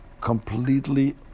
completely